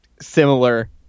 similar